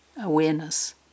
awareness